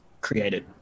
created